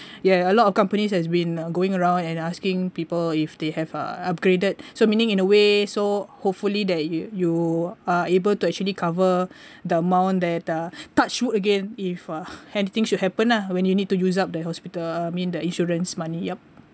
ya a lot of companies has been going around and asking people if they have a upgraded so meaning in a way so hopefully that you you are able to actually cover the amount that uh touch wood again if uh anything should happen lah when you need to use up the hospital I mean the insurance money ya